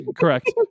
correct